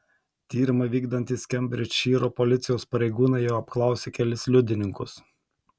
tyrimą vykdantys kembridžšyro policijos pareigūnai jau apklausė kelis liudininkus